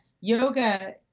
yoga